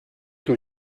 que